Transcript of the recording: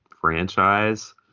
franchise